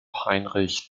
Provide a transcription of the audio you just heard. heinrich